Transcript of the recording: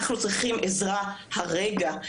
אנחנו צריכים עזרה עכשיו, הרגע.